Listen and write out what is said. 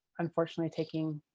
unfortunately taking